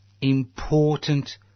important